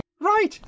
Right